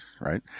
right